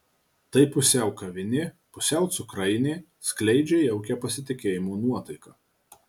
tai pusiau kavinė pusiau cukrainė skleidžia jaukią pasitikėjimo nuotaiką